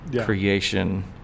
creation